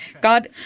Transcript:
god